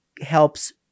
helps